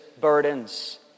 burdens